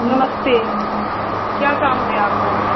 नमस्ते क्या काम है आपको